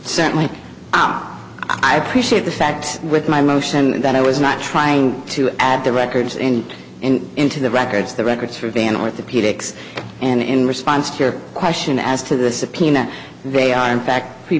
me i appreciate the fact with my motion that i was not trying to add the records in and into the records the records for van orthopedics and in response to your question as to the subpoena they are in fact the